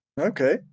Okay